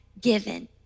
given